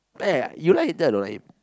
like ah you like Hin-Teck or don't like him